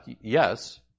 Yes